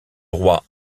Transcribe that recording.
rois